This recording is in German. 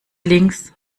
links